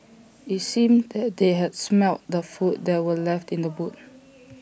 IT seemed that they had smelt the food that were left in the boot